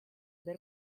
ver